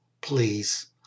please